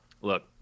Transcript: look